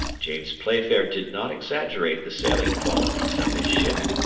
james playfair did not exaggerate the sailing qualities of his ship,